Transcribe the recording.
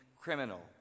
criminal